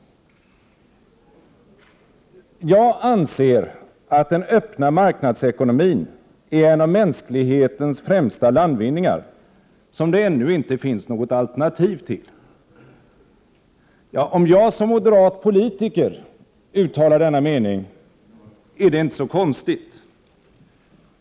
”Jag anser att den öppna marknadsekonomin är en av mänsklighetens främsta landvinningar, som det ännu inte finns något alternativ till.” Om jag som moderat politiker uttalar denna mening, är det inte så konstigt.